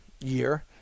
year